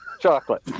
chocolate